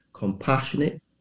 compassionate